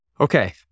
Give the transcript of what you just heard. Okay